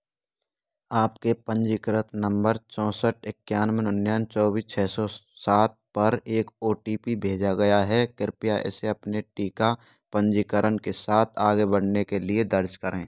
आपके पंजीकृत नंबर चौंसठ इक्यानवे निन्यानवे चौबीस छः सौ सात पर एक ओ टी पी भेजा गया है कृपया इसे अपने टीका पंजीकरण के साथ आगे बढ़ने के लिए दर्ज करें